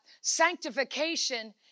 sanctification